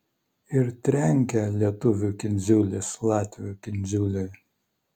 ir trenkia lietuvių kindziulis latvių kindziuliui